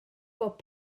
fod